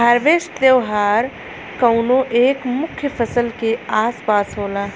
harvest त्यौहार कउनो एक मुख्य फसल के आस पास होला